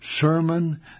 sermon